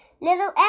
little